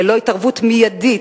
ללא התערבות מיידית,